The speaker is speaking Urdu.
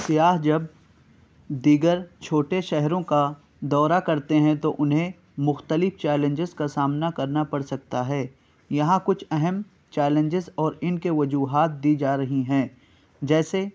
سیاح جب دیگر چھوٹے شہروں کا دورہ کرتے ہیں تو انہیں مختلف چیلنجز کا سامنا کرنا پڑ سکتا ہے یہاں کچھ اہم چیلنجز اور ان کے وجوہات دی جا رہی ہیں جیسے